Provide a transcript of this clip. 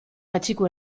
patxiku